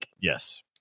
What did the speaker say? Yes